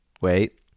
Wait